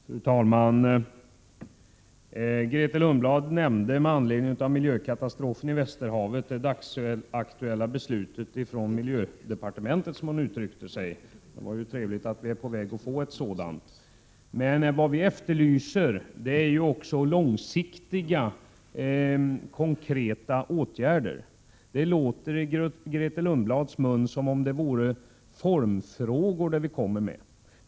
Fru talman! Grethe Lundblad nämnde med anledning av miljökatastrofen i Västerhavet det dagsaktuella beslutet från miljödepartementet, som hon uttryckte sig — det var ju trevligt att vi är på väg att få ett miljödepartement. Men vad vi efterlyser är också långsiktiga konkreta åtgärder. Det låter i Grethe Lundblads mun som om det vore formfrågor det vi kommer med.